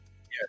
Yes